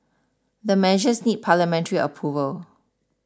the measures need parliamentary approval